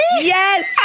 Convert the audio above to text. Yes